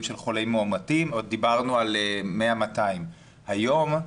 של חולים מאומתים אבל אז דיברנו על 200-100. היום,